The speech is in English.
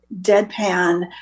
deadpan